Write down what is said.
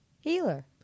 Healer